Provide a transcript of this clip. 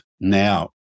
now